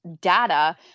data